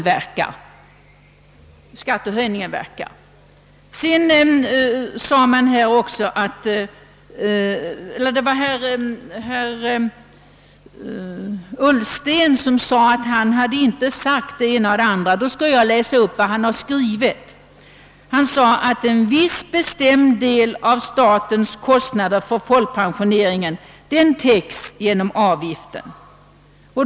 Därför skall jag läsa upp vad herr Ullsten skrivit, nämligen att ett av de viktigaste skälen för anslag på en folkpensionshöjning är, »att folkpensionsavgiften är en specialdestinerad skatt avsedd att täcka en viss bestämd del av statens kostnader för folkpensioneringen».